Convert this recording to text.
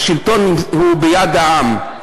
השלטון הוא ביד העם,